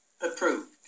approved